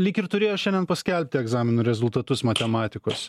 lyg ir turėjo šiandien paskelbti egzaminų rezultatus matematikos